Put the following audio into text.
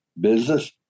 business